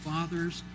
Fathers